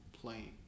playing